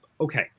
okay